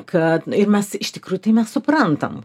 kad ir mes iš tikrųjų tai mes suprantam